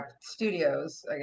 Studios